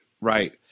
right